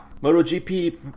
MotoGP